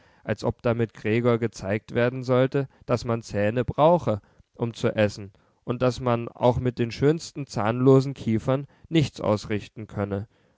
als ob damit gregor gezeigt werden sollte daß man zähne brauche um zu essen und daß man auch mit den schönsten zahnlosen kiefern nichts ausrichten könne